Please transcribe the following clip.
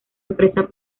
empresa